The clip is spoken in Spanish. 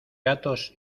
gatos